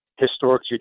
historic